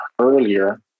earlier